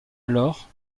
alors